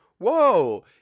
Whoa